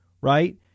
right